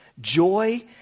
joy